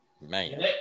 man